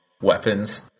weapons